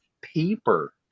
paper